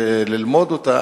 וללמוד אותה,